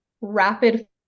rapid